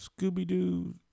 scooby-doo